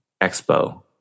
expo